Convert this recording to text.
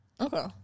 Okay